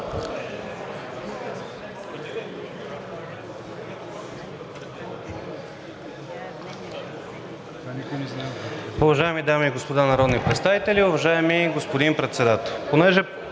Уважаеми дами и господа народни представители, уважаеми господин Председател!